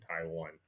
Taiwan